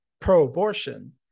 pro-abortion